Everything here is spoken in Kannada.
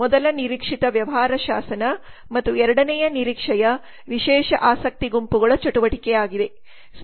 ಮೊದಲ ನಿರೀಕ್ಷಿತ ವ್ಯವಹಾರ ಶಾಸನ ಮತ್ತು ಎರಡನೆಯ ನಿರೀಕ್ಷೆಯು ವಿಶೇಷ ಆಸಕ್ತಿ ಗುಂಪುಗಳ ಚಟುವಟಿಕೆಯಾಗಿದೆ